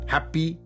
Happy